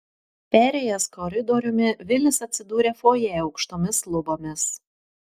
perėjęs koridoriumi vilis atsidūrė fojė aukštomis lubomis